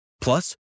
Plus